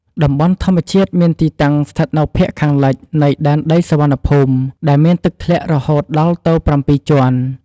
តំបន់ធម្មជាតិមានទីតាំងស្ថិតនៅភាគខាងលិច នៃដែនដីសុវណ្ណភូមិ ដែលមានទឹកធ្លាក់រហូតដល់ទៅ៧ជាន់។